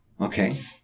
Okay